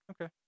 Okay